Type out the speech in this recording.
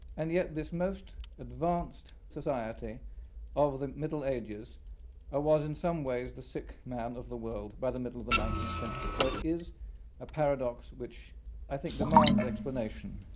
and yet this most advanced society of the middle ages ah was in some ways the sick man of the world by the middle of the nineteenth century. so that is a paradox which i think demands explanation.